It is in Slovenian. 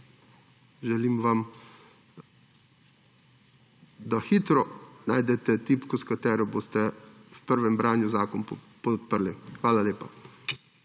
Želim vam, da hitro najdete tipko, s katero boste v prvem branju zakon podprli. Hvala lepa.